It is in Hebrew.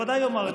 הוא דיבר עכשיו